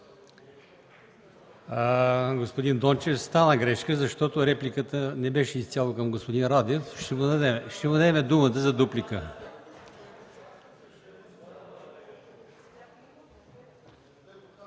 Господин Дончев, стана грешка, защото репликата не беше изцяло към господин Радев. Ще му дадем думата за дуплика.